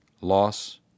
loss